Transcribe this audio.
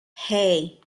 hey